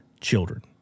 children